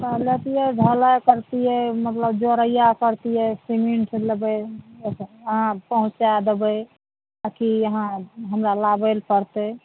तऽ लैतिऐ ढलाइ करितिऐ मतलब जोड़ैआ करतिऐ सीमेंट लेबै अहाँ पहुँचाए देबै आकि अहाँ हमरा लाबे लऽ पड़तै